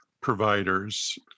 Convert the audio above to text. providers